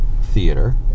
theater